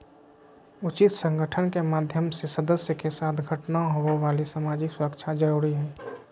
उचित संगठन के माध्यम से सदस्य के साथ घटना होवे वाली सामाजिक सुरक्षा जरुरी हइ